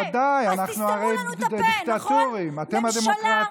ודאי, אנחנו הרי דיקטטורים, אתם הדמוקרטים.